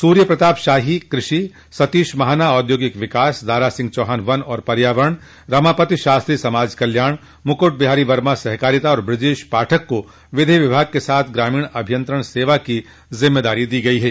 सूर्य प्रताप शाही कृषि सतीश महाना औद्योगिक विकास दारा सिंह चौहान वन एवं पर्यावरण रमापति शास्त्री समाज कल्याण मुकुट बिहारी वर्मा सहकारिता तथा बृजेश पाठक को विधि विभाग के साथ ग्रामीण अभियंत्रण सेवा की ज़िम्मेदारी दी गई है